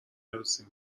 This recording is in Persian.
عروسی